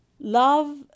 Love